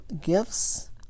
gifts